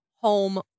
home